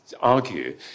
argue